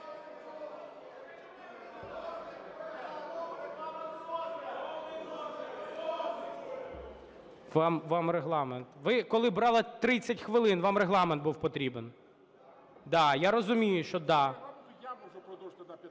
Вам Регламент… Ви коли брали 30 хвилин, вам Регламент був потрібен! Да, я розумію, що "да".